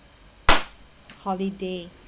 holiday